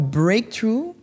breakthrough